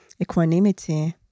equanimity